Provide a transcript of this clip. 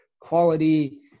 quality